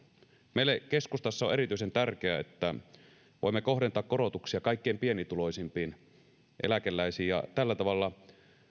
meille keskustassa on erityisen tärkeää että voimme kohdentaa korotuksia kaikkein pienituloisimpiin eläkeläisiin ja tällä tavalla